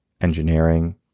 engineering